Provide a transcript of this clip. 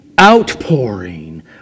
outpouring